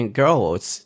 girls